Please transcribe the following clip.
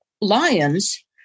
Lions